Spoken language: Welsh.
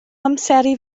amseru